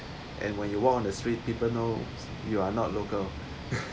and when you walk on the street people know you are not local